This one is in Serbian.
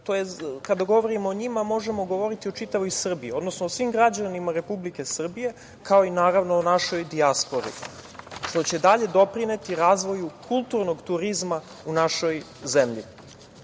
kada govorimo o njima, možemo govoriti o čitavoj Srbiji, odnosno o svim građanima Republike Srbije, kao i, naravno, o našoj dijaspori, što će dalje doprineti razvoju kulturnog turizma u našoj zemlji. Ovaj